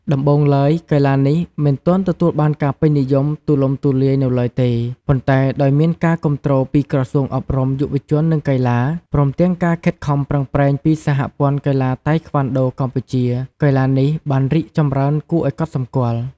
ដំបូងឡើយ កីឡានេះមិនទាន់ទទួលបានការពេញនិយមទូលំទូលាយនៅឡើយទេ ប៉ុន្តែដោយមានការគាំទ្រពីក្រសួងអប់រំ យុវជន និងកីឡា ព្រមទាំងការខិតខំប្រឹងប្រែងពីសហព័ន្ធកីឡាតៃក្វាន់ដូកម្ពុជា កីឡានេះបានរីកចម្រើនគួរឱ្យកត់សម្គាល់។